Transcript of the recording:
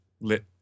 lit